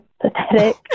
pathetic